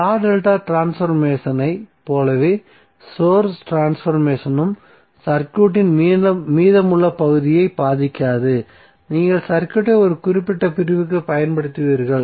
star delta ட்ரான்ஸ்பர்மேசனைப் போலவே source ட்ரான்ஸ்பர்மேசனும் சர்க்யூட்டின் மீதமுள்ள பகுதியைப் பாதிக்காது நீங்கள் சர்க்யூட்டை ஒரு குறிப்பிட்ட பிரிவுக்கு பயன்படுத்துவீர்கள்